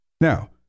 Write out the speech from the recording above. Now